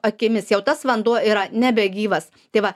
akimis jau tas vanduo yra nebegyvas tai va